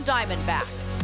Diamondbacks